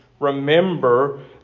Remember